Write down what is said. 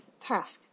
task